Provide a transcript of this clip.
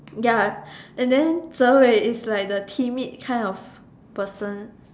ya and then Zer-Hui is like the timid kind of person